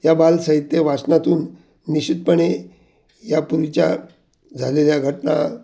या बाल साहित्य वाचनातून निश्चितपणे या पूर्वीच्या झालेल्या घटना